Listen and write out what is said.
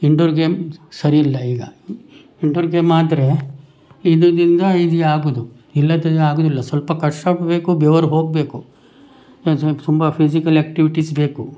indoor game ಸರಿ ಇಲ್ಲ ಈಗ ಇಂಡೋರ್ ಗೇಮ್ ಆದರೆ ಇದರಿಂದ ಇದು ಆಗೋದು ಇಲ್ಲದಿದ್ದರೆ ಆಗೋದಿಲ್ಲ ಸ್ವಲ್ಪ ಕಷ್ಟ ಆಗಬೇಕು ಬೆವರು ಹೋಗಬೇಕು ಅದಕ್ಕೆ ತುಂಬ ಫಿಸಿಕಲ್ ಆಕ್ಟಿವಿಟಿಸ್ ಬೇಕು